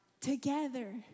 together